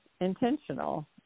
intentional